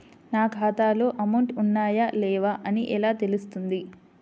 నా ఖాతాలో అమౌంట్ ఉన్నాయా లేవా అని ఎలా తెలుస్తుంది?